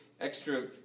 extra